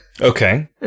Okay